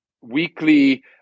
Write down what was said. weekly